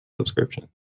subscription